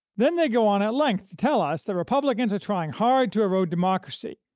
then they go on at length to tell us that republicans are trying hard to erode democracy,